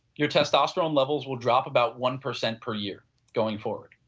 your testosterone levels would drop about one percent per year going forward,